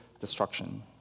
destruction